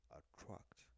attract